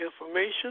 information